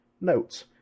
Note